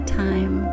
time